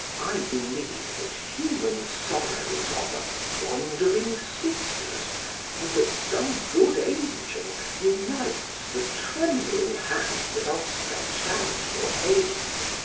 i believe that human sorrows are but wandering sisters and that some good angel unites the trembling hands that are stretched out for aid.